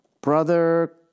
Brother